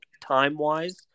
time-wise